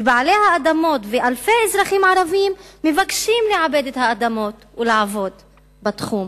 ובעלי האדמות ואלפי אזרחים ערבים מבקשים לעבד את האדמות ולעבוד בתחום.